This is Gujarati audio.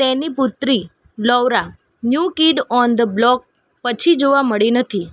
તેની પુત્રી Laura new kid on the block પછી જોવા મળી નથી